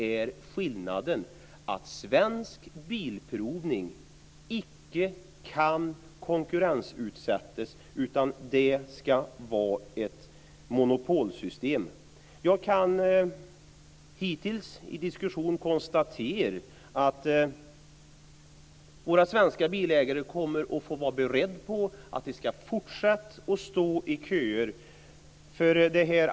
Men Svensk Bilprovning kan inte konkurrensutsättas utan det ska vara ett monopol. Vilken är skillnaden? Jag kan så här långt i diskussionen konstatera att de svenska bilägarna får vara beredda på att fortsätta att stå i kö.